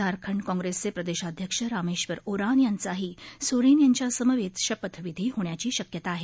झारखंड काँप्रिसचे प्रदेशाध्यक्ष रामेश्वर ओरान यांचाही सौरेन यांच्या समवेत शपथविधी होण्याची शक्यता आहे